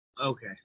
Okay